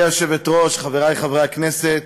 גברתי היושבת-ראש, חברי חברי הכנסת,